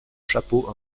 chapeau